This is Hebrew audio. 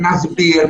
נסביר,